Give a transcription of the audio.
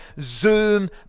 Zoom